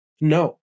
No